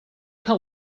can